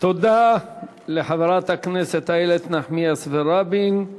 תודה לחברת הכנסת איילת נחמיאס ורבין.